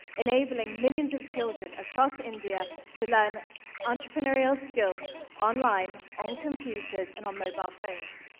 enabling millions of children across india to learn entrepreneurial skills online, on computers, and on mobile phones.